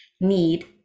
need